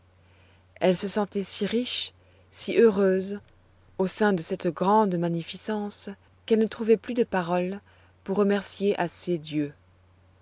elle se sentait si riche si heureuse au sein de cette grande magnificence qu'elle ne trouvait plus de paroles pour remercier assez dieu